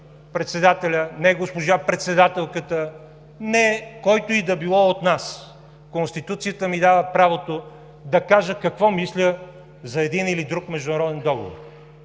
председателя, не госпожа председателката, не който и да било от нас – да кажа какво мисля за един или друг международен договор.